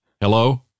hello